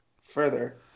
further